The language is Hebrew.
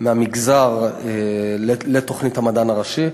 מהמגזר לתוכנית המדען הראשי.